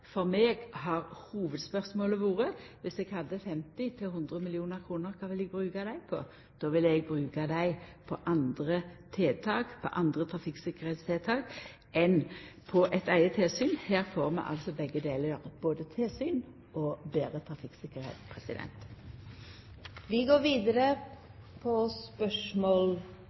For meg har hovudspørsmålet vore, om eg hadde 50–100 mill. kr: Kva vil eg bruka dei på? Då vil eg heller bruka dei på andre trafikktryggingstiltak enn på eit eige tilsyn. Her får vi altså begge delar – både tilsyn og betre